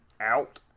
out